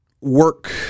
work